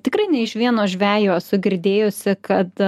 tikrai ne iš vieno žvejo esu girdėjusi kad